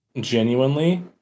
genuinely